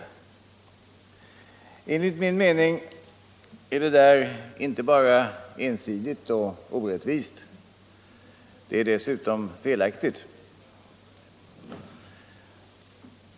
Enligt min mening är det där inte bara ensidigt och orättvist, det är dessutom felaktigt.